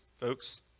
folks